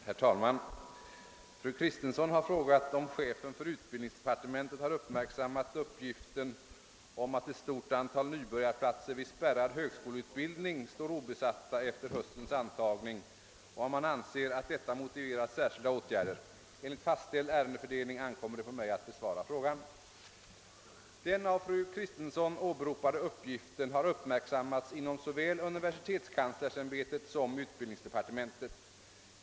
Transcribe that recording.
Herr talman! Fru Kristensson har frågat, om chefen för utbildningsdepartementet har uppmärksammat uppgiften om att ett stort antal nybörjarplatser vid spärrad högskoleutbildning står obesatta efter höstens antagning och om man anser att detta motiverar särskilda åtgärder. Enligt fastställd ärendesfördelning ankommer det på mig att besvara frågan. Den av fru Kristensson åberopade uppgiften har uppmärksammats inom såväl universitetskanslersämbetet som utbildningsdepartementet.